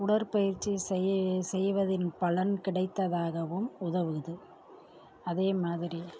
உடற்பயிற்சி செய் செய்வதின் பலன் கிடைத்ததாகவும் உதவுது அதே மாதிரி